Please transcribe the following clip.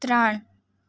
ત્રણ